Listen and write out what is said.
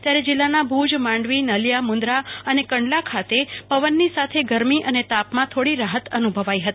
ત્યારે જીલ્લાના ભુજ માંડવી નળિયા મુન્દ્રા અને કંડલા ખાતે પવનની સાથે ગરમી તાપમાં થોડી રાહત અનુભવી છે